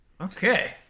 Okay